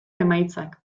emaitzak